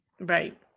right